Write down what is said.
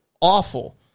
awful